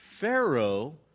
pharaoh